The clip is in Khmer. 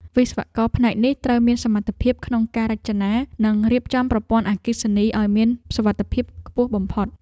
វិស្វករផ្នែកនេះត្រូវមានសមត្ថភាពក្នុងការរចនា និងរៀបចំប្រព័ន្ធអគ្គិសនីឱ្យមានសុវត្ថិភាពខ្ពស់បំផុត។